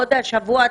עוד השבוע.